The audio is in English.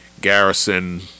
garrison